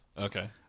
Okay